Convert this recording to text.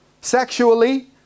sexually